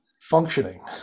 functioning